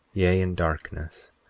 yea, in darkness,